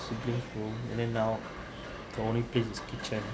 simply full and then now the only place is kitchen